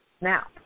Now